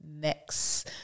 Next